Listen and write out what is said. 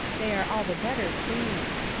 they are all the better pleased.